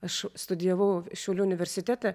aš studijavau šiaulių universitete